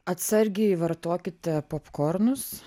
atsargiai vartokite popkornus